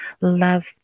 Love